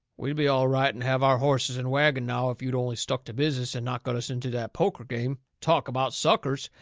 we'd be all right and have our horses and wagon now if you'd only stuck to business and not got us into that poker game. talk about suckers!